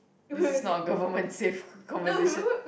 this is not a government safe conversation